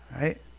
Right